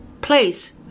place